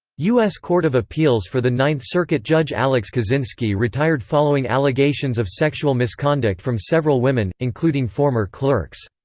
us court of appeals for the ninth circuit judge alex kozinski retired following allegations of sexual misconduct from several women, including former clerks.